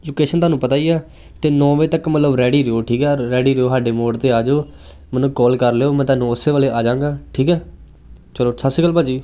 location ਤੁਹਾਨੂੰ ਪਤਾ ਹੀ ਹੈ ਅਤੇ ਨੌ ਵਜੇ ਤੱਕ ਮਤਲਬ ਰੈਡੀ ਰਿਹੋ ਠੀਕ ਆ ਰੈਡੀ ਰਿਹੋ ਸਾਡੇ ਮੋੜ 'ਤੇ ਆ ਜਿਓ ਮੈਨੂੰ ਕੋਲ ਕਰ ਲਿਓ ਮੈਂ ਤੁਹਾਨੂੰ ਉਸੇ ਵੇਲੇ ਆ ਜਾਂਗਾ ਠੀਕ ਆ ਚਲੋ ਸਤਿ ਸ਼੍ਰੀ ਅਕਾਲ ਭਾਅ ਜੀ